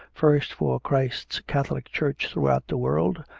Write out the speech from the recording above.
first, for christ's catholic church through out the world,